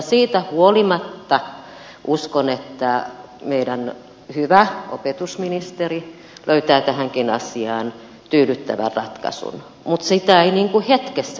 siitä huolimatta uskon että meidän hyvä opetusministerimme löytää tähänkin asiaan tyydyttävän ratkaisun mutta sitä ei hetkessä tehdä